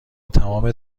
تمام